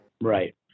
Right